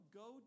go